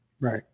Right